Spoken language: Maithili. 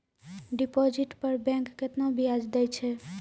डिपॉजिट पर बैंक केतना ब्याज दै छै?